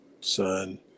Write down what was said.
son